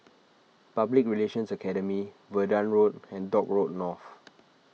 Public Relations Academy Verdun Road and Dock Road North